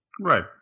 Right